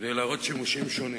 כדי להראות שימושים שונים.